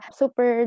super